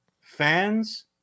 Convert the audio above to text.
fans